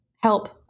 help